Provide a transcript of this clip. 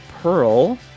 Pearl